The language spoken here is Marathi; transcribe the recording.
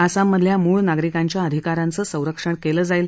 आसाममधल्या मूळ नागरिकांच्या अधिकारांचं संरक्षण केलं जाईल